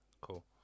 Cool